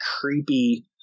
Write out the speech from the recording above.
creepy